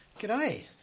G'day